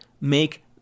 make